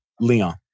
Leon